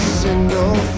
single